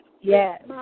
Yes